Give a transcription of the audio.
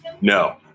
No